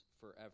forever